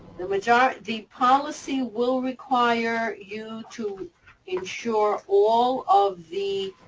the majority the policy will require you to insure all of the,